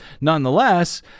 Nonetheless